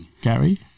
Gary